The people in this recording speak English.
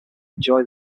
enjoy